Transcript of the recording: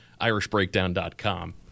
irishbreakdown.com